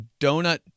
donut